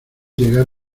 llegar